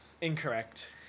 Incorrect